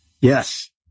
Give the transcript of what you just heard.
Yes